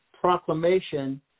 Proclamation